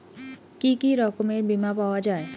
কি কি রকমের বিমা পাওয়া য়ায়?